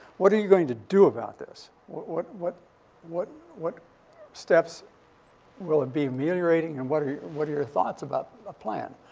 what are you going to do about this? what what what what what steps will it be ameliorating? and what are what are your thoughts about a plan?